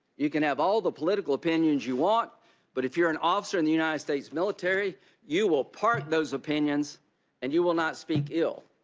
you can have all the political opinions you want but if you are an officer in the united states military you will park those opinions and you will not speak ill